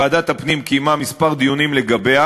ועדת הפנים קיימה כמה דיונים לגביה